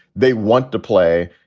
they want to play.